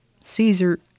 Caesar